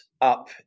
up